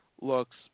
looks